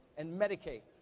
and medicate.